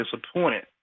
disappointed